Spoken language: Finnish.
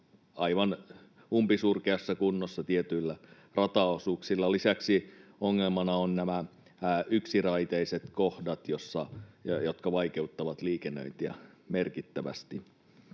aivan umpisurkeassa kunnossa tietyillä rataosuuksilla. Lisäksi ongelmana ovat yksiraiteiset kohdat, jotka vaikeuttavat liikennöintiä merkittävästi.